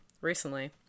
recently